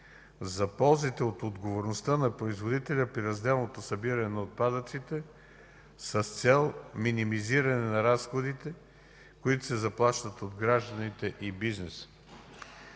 за ползите от отговорността на производителя при разделното събиране на отпадъците с цел минимизиране на разходите, които се заплащат от гражданите и бизнеса?